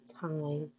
time